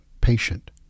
patient